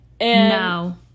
No